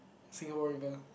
Singapore-River